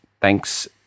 thanks